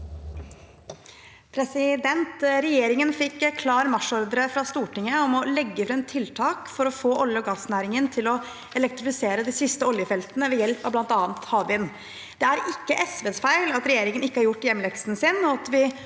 Regjerin- gen fikk klar marsjordre fra Stortinget om å legge fram tiltak for å få olje- og gassnæringen til å elektrifisere de siste oljefeltene ved hjelp av bl.a. havvind. Det er ikke SVs feil at regjeringen ikke har gjort hjemmeleksen sin